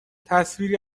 تصویری